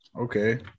okay